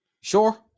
Sure